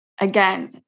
again